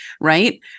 Right